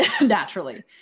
Naturally